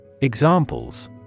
Examples